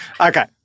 Okay